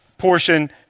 portion